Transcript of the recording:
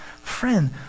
friend